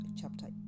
chapter